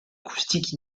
acoustiques